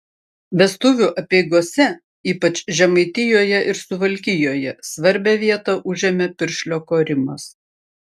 vestuvių apeigose ypač žemaitijoje ir suvalkijoje svarbią vietą užėmė piršlio korimas